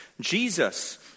Jesus